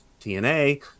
TNA